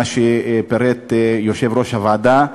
מה שפירט יושב-ראש הוועדה.